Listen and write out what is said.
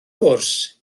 gwrs